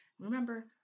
Remember